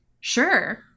Sure